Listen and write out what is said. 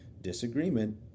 Disagreement